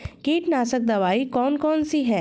कीटनाशक दवाई कौन कौन सी हैं?